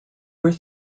were